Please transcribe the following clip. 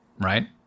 right